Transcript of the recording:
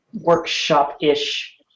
workshop-ish